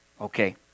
Okay